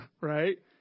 right